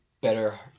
better